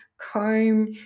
comb